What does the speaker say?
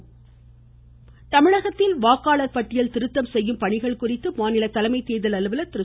சத்யபிரத சாகு தமிழகத்தில் வாக்காளர் பட்டியல் திருத்தம் செய்யும் பணிகள் குறித்து மாநில தலைமை தேர்தல் அலுவலர் திரு